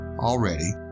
already